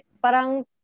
parang